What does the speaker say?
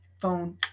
Phone